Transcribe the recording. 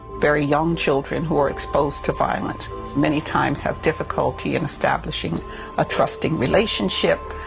very young children who are exposed to violence many times have difficulty and establishing a trusting relationship.